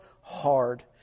hard